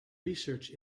research